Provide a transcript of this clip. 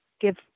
give